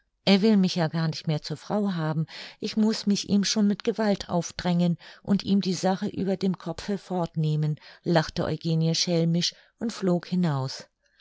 er will mich ja gar nicht mehr zur frau haben ich muß mich ihm schon mit gewalt aufdrängen und ihm die sache über dem kopfe fort nehmen lachte eugenie schelmisch und flog hinaus